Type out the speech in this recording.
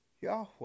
Yahweh